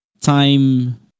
time